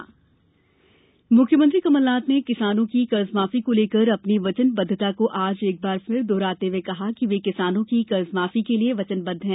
मुख्यमंत्री मुख्यमंत्री कमलनाथ ने किसानों की कर्जमाफी को लेकर अपनी वचनबद्धता को आज एक बार फिर दोहराते हुए कहा कि वे किसानों की कर्जमाफी के लिए वचनबद्ध हैं